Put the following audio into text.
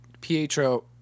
Pietro